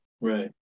Right